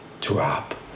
drop